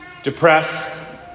Depressed